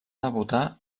debutar